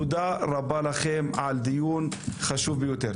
תודה רבה לכם על דיון חשוב ביותר.